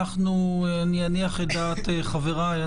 אני אניח את דעת חבריי.